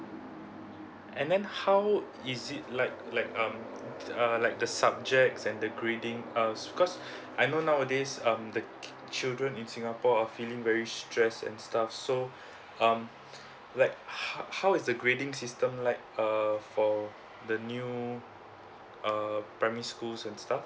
and then how is it like like uh uh I like the subjects and the grading uh because I know nowadays um the children in singapore are feeling very stress and stuff so um like how how is the grading system like err for the new uh primary schools and stuff